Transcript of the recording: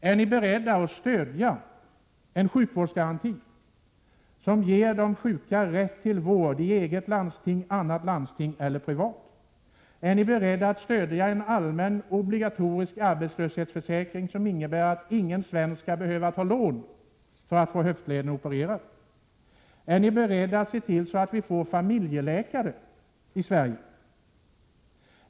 Är ni beredda att stödja en sjukvårdsgaranti som ger de sjuka rätt till vård i det egna landstinget, i annat landsting eller i privat sjukvård? Är ni beredda att stödja en allmän, obligatorisk arbetslöshetsförsäkring som innebär att ingen svensk skall behöva ta lån för att få höftleden opererad? Är ni beredda att se till att vi får familjeläkare i Sverige?